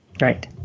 Right